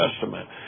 Testament